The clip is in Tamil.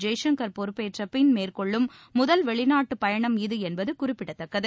ஜெய்சங்கள் பொறுப்பேற்ற பின் மேற்கொள்ளும் முதல் வெளிநாட்டு பயணம் இது என்பது குறிப்பிடத்தக்கது